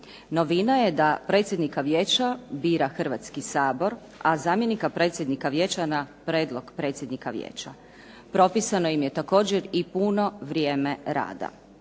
Novina je da predsjednika Vijeća bira Hrvatski sabor, a zamjenika predsjednika Vijeća na prijedlog predsjednika Vijeća. Propisano je također puno vrijeme rada.